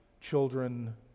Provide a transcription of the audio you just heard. children